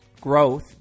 Growth